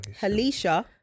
Halisha